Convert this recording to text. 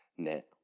net